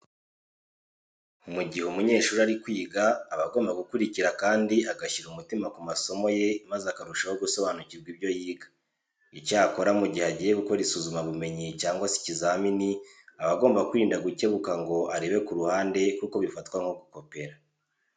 Mu gihe umunyeshuri ari kwiga aba agomba gukurikira kandi agashyira umutima ku masomo ye maze akarushaho gusobanukirwa ibyo yiga. Icyakora mu gihe agiye gukora isuzumabumenyi cyangwa se ikizamini aba agomba kwirinda gukebuka ngo arebe ku ruhande kuko bifatwa nko gukopera.